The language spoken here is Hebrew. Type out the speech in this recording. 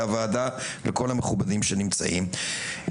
הוועדה ולכל המכובדים שנמצאים כאן,